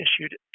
issued